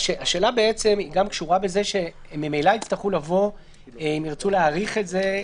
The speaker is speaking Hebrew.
השאלה גם קשורה בזה שממילא הם יצטרכו לבוא אם ירצו להאריך את זה.